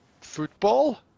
Football